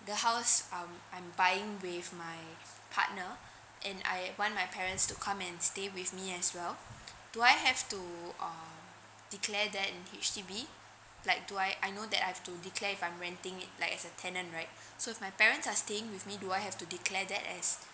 the house um I'm buying with my partner and I want my parents to come and stay with me as well do I have to err declare that in H_D_B like do I I know that I've to declare if I'm renting it like as a tenant right so if my parents are staying with me do I have to declare that as